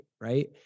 Right